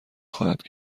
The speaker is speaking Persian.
خواهد